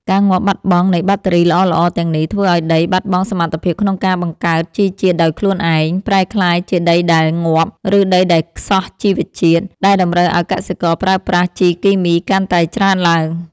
ការងាប់បាត់បង់នៃបាក់តេរីល្អៗទាំងនេះ ធ្វើឱ្យដីបាត់បង់សមត្ថភាពក្នុងការបង្កើតជីជាតិដោយខ្លួនឯង ប្រែក្លាយជាដីដែលងាប់ ឬដីដែលខ្សោះជីវជាតិ ដែលតម្រូវឱ្យកសិករប្រើប្រាស់ជីគីមីកាន់តែច្រើនឡើង។